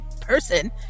person